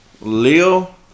Leo